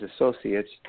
associates